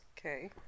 Okay